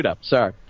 Sorry